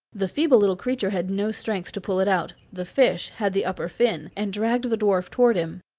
the feeble little creature had no strength to pull it out the fish had the upper fin, and dragged the dwarf toward him.